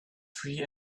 free